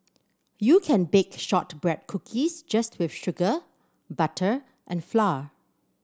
you can bake shortbread cookies just with sugar butter and flour